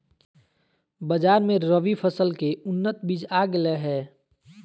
बाजार मे रबी फसल के उन्नत बीज आ गेलय हें